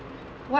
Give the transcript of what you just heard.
what